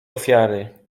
ofiary